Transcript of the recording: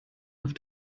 auf